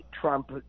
Trump